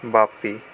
বাপী